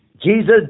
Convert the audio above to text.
Jesus